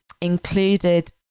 included